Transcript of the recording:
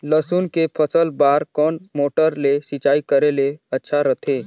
लसुन के फसल बार कोन मोटर ले सिंचाई करे ले अच्छा रथे?